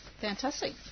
Fantastic